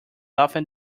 often